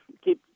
keep